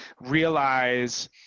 realize